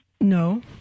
No